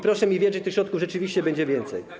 Proszę mi wierzyć: tych środków rzeczywiście będzie więcej.